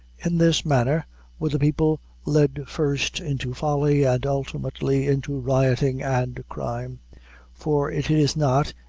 in this manner were the people led first into folly, and ultimately into rioting and crime for it is not,